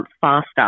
faster